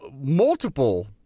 multiple